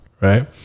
right